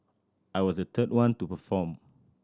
I was a third one to perform